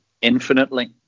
infinitely